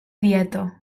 dieta